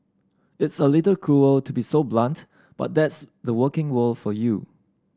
it's a little cruel to be so blunt but that's the working world for you